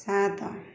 ସାତ